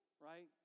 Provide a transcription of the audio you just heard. right